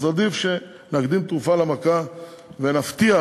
אז עדיף שנקדים תרופה למכה ונבטיח